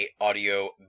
Audio